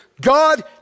God